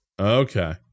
Okay